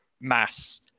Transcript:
mass